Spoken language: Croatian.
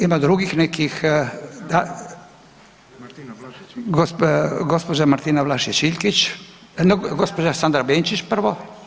Ima drugih nekih, gospođa Martina Vlašić Iljkić, no gospođa Sandra Benčić prvo.